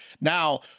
Now